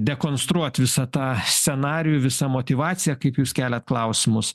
dekonstruot visą tą scenarijų visa motyvacija kaip jūs keliat klausimus